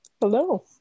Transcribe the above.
Hello